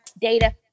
data